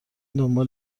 دنبال